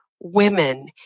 women